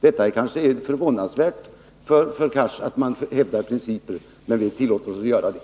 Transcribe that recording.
Det är kanske förvånansvärt för Hadar Cars att man hävdar principer, men vi tillåter oss att göra det.